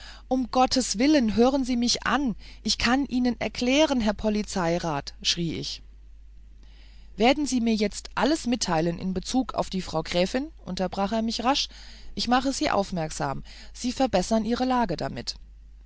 um gottes willen hören sie mich an ich kann es ihnen erklären herr polizeirat schrie ich werden sie mir jetzt alles mitteilen in bezug auf die frau gräfin unterbrach er mich rasch ich mache sie aufmerksam sie verbessern ihre lage damit